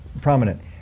prominent